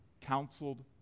counseled